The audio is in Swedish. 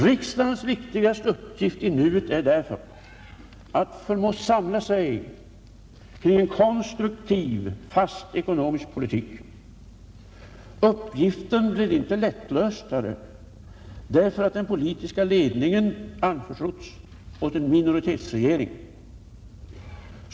Riksdagens viktigaste uppgift i nuet är därför att förmå samla sig kring en konstruktiv, fast ekonomisk politik. Uppgiften blir inte lättlöstare därför att den politiska ledningen anförtrotts åt en minoritetsregering.